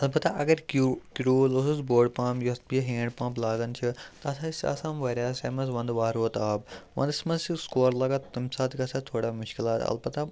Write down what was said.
البتہ اگر کوٗ کروٗل اوسُس بوٚڑ پَمم یَتھ بییہِ ہینٛڈ پَمپ لاگان چھِ تَتھ ٲسۍ آسان واریاہَس ٹایمَس وَندٕ وہرات آب وَندَس منٛز چھِس کورٕ لگان تمہِ ساتہٕ گَژھ ہا تھوڑا مُشکِلات البتہ